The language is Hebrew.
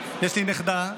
סבא.